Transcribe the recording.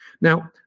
Now